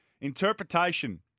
Interpretation